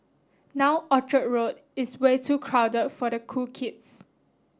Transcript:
now Orchard Road is way too crowded for the cool kids